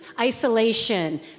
isolation